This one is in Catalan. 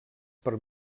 per